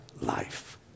life